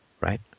right